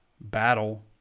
battle